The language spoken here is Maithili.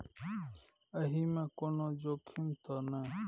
एहि मे कोनो जोखिम त नय?